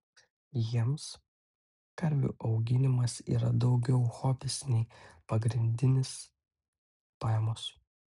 jiems karvių auginimas yra daugiau hobis nei pagrindinės pajamos